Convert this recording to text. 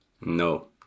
No